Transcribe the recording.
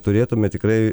turėtume tikrai